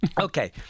Okay